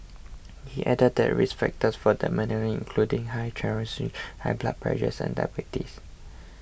he added that risk factors for dementia including high cholesterol high blood pressures and diabetes